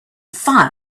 fire